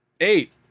Eight